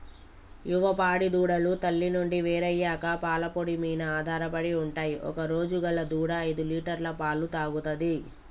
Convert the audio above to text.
యువ పాడి దూడలు తల్లి నుండి వేరయ్యాక పాల పొడి మీన ఆధారపడి ఉంటయ్ ఒకరోజు గల దూడ ఐదులీటర్ల పాలు తాగుతది